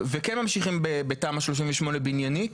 וכן ממשיכים בתמ"א 38 בניינית.